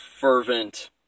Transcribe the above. fervent